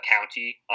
county